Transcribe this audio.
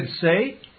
say